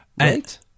Right